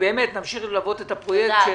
ונמשיך ללוות את הפרויקט.